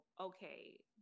okay